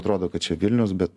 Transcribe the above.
atrodo kad čia vilnius bet